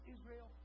Israel